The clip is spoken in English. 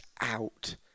out